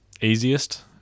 easiest